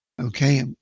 Okay